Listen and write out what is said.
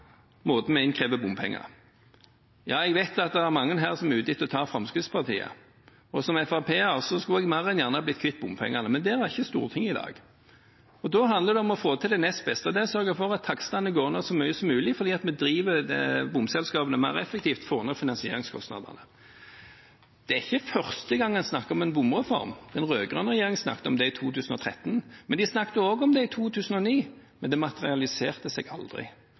måten vi krever inn bompenger på. Ja, jeg vet det er mange her som er ute etter å ta Fremskrittspartiet, og som FrP-er skulle jeg mer enn gjerne blitt kvitt bompengene, men der er ikke Stortinget per i dag. Da handler det om å få til det nest beste, og det er å sørge for at takstene går ned så mye som mulig, fordi vi driver bomselskapene mer effektivt og får ned finansieringskostnadene. Det er ikke første gang en snakker om en bomreform. Den rød-grønne regjeringen snakket om det i 2013, og de snakket også om det i 2009, men det materialiserte seg aldri.